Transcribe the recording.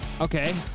okay